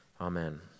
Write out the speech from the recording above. Amen